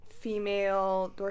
female